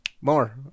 more